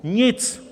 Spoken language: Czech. Nic!